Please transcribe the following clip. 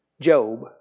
Job